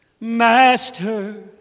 Master